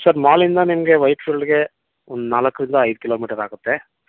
sir ಮಾಲಿಂದ ನಿಮಗೆ ವೈಟ್ಫೀಲ್ಡ್ಗೆ ಒಂದು ನಾಲ್ಕರಿಂದ ಐದು ಕಿಲೋಮೀಟರ್ ಆಗುತ್ತೆ